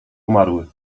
umarły